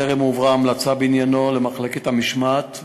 טרם הועברה המלצה בעניינו למחלקת המשמעת,